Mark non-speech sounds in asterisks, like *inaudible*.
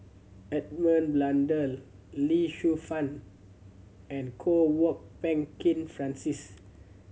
Edmund Blundell Lee Shu Fen and Kwok *unintelligible* Peng Kin Francis